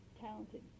talented